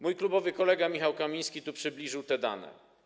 Mój klubowy kolega Michał Kamiński przybliżył te dane.